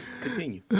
Continue